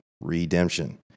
redemption